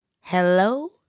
Hello